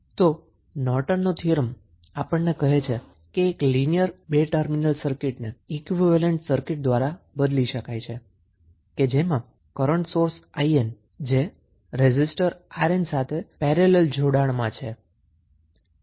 તો આ નોર્ટનનો થીયરમ આપણને કહે છે કે એક લિનિયર બે ટર્મિનલ સર્કિટ ને ઈક્વીવેલેન્ટ સર્કીટ દ્વારા બદલી શકાય છે જેમાં કરન્ટ સોર્સ 𝐼𝑁 એ રેઝિસ્ટર 𝑅𝑁 સાથે પેરેલલ જોડાણમાં છે